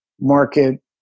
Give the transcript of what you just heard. market